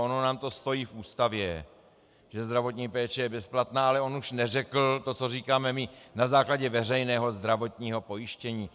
Ono nám to stojí v Ústavě, že zdravotní péče je bezplatná, ale on už neřekl to, co říkáme my, na základě veřejného zdravotního pojištění.